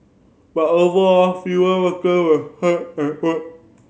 but overall fewer worker were hurt at work